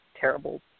terrible